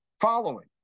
following